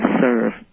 serve